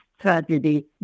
tragedy